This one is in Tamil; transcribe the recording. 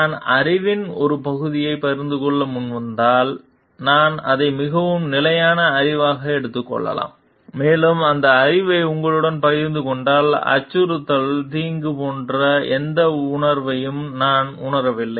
நான் அறிவின் ஒரு பகுதியைப் பகிர்ந்து கொள்ள முன்வந்தால் நான் அதை மிகவும் நிலையான அறிவாக எடுத்துக் கொள்ளலாம் மேலும் அந்த அறிவை உங்களுடன் பகிர்ந்து கொண்டால் அச்சுறுத்தல் தீங்கு போன்ற எந்த உணர்வையும் நான் உணரவில்லை